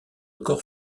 corps